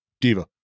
diva